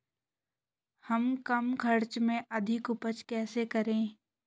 हम कम खर्च में अधिक उपज कैसे करें?